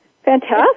fantastic